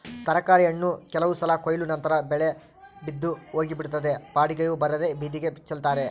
ತರಕಾರಿ ಹಣ್ಣು ಕೆಲವು ಸಲ ಕೊಯ್ಲು ನಂತರ ಬೆಲೆ ಬಿದ್ದು ಹೋಗಿಬಿಡುತ್ತದೆ ಬಾಡಿಗೆಯೂ ಬರದೇ ಬೀದಿಗೆ ಚೆಲ್ತಾರೆ